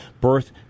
birth